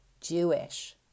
Jewish